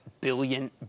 billion